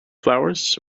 flowers